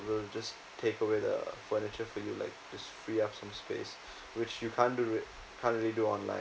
will just take away the furniture for you like this free up some space which you can't do it can't really do online